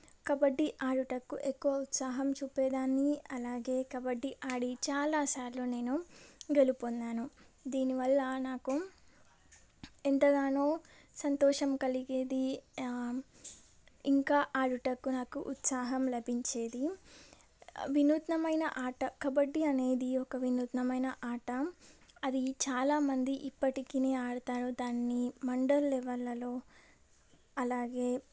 కబడ్డీ ఆడుటకు ఎక్కువ ఉత్సాహం చూపేదాన్ని అలాగే కబడ్డీ ఆడి చాలాసార్లు నేను గెలుపొందాను దీనివల్ల నాకు ఎంతగానో సంతోషం కలిగేది ఇంకా ఆడుటకు నాకు ఉత్సాహం లభించేది వినూత్నమైన ఆట కబడ్డీ అనేది ఒక వినూత్నమైన ఆట అది చాలా మంది ఇప్పటికీ ఆడతారు దాన్ని మండల్ లెవెల్లలో అలాగే